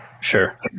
Sure